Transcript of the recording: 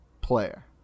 player